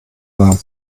war